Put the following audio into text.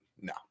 No